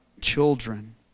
children